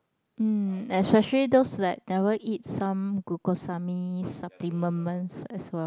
mm especially those like never eat some glucosamine supplements as well